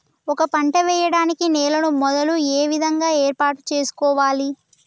ఒక పంట వెయ్యడానికి నేలను మొదలు ఏ విధంగా ఏర్పాటు చేసుకోవాలి?